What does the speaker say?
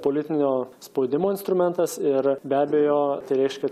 politinio spaudimo instrumentas ir be abejo tai reiškia